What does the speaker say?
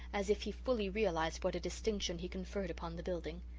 as if he fully realized what a distinction he conferred upon the building.